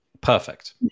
Perfect